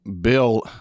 bill